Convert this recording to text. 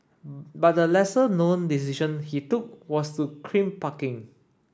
but a lesser known decision he took was to crimp parking